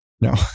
No